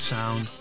Sound